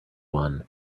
won